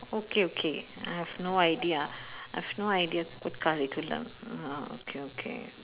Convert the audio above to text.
okay okay I've no idea I've no idea what curriculum mm okay okay